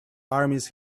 armies